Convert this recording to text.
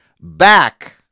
back